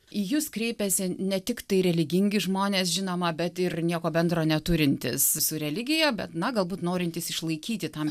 į jus kreipiasi ne tiktai religingi žmonės žinoma bet ir nieko bendro neturintys su religija bet na galbūt norintys išlaikyti tam